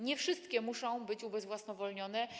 Nie wszystkie muszą być ubezwłasnowolnione.